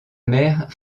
mère